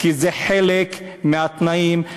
כי זה חלק מהתנאים,